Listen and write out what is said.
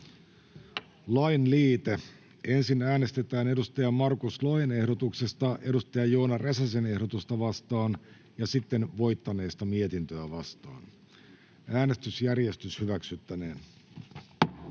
Content: Ensin äänestetään edustaja Markus Lohen ehdotuksesta edustaja Joona Räsäsen ehdotusta vastaan ja sitten voittaneesta mietintöä vastaan. [Speech 3] Speaker: